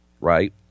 right